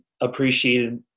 appreciated